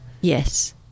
yes